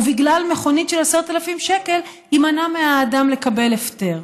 ובגלל מכונית של 10,000 שקל יימנע מהאדם לקבל הפטר.